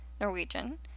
Norwegian